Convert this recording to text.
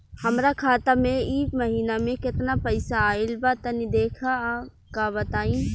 हमरा खाता मे इ महीना मे केतना पईसा आइल ब तनि देखऽ क बताईं?